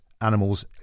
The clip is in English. animal's